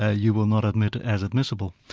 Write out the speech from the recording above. ah you will not admit as admissible.